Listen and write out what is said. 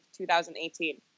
2018